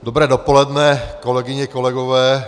Dobré dopoledne, kolegyně, kolegové.